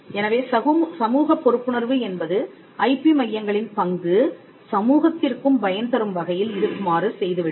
எனவே சமூகப் பொறுப்புணர்வு என்பது ஐபி மையங்களின் பங்கு சமூகத்திற்கும் பயன்தரும் வகையில் இருக்குமாறு செய்துவிடும்